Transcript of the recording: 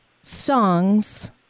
songs